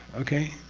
okay?